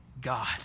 God